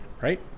right